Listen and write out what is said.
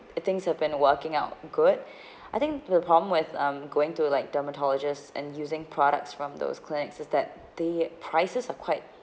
things have been working out good I think the problem with um going to like dermatologist and using products from those clinics is that the prices are quite